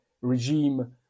regime